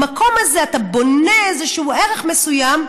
במקום הזה אתה בונה איזשהו ערך מסוים,